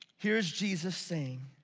here is jesus saying,